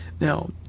Now